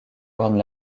ornent